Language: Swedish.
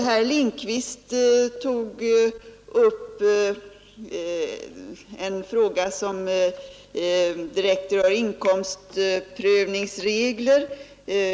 Herr Lindkvist tog upp en fråga som direkt berör inkomstprövningsreglerna.